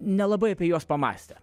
nelabai apie juos pamąstę